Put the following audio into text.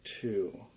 two